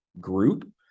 group